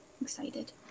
excited